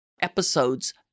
episodes